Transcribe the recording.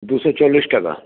দুশো চল্লিশ টাকা